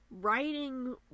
Writing